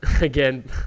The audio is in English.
again